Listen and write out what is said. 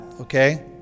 Okay